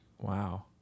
Wow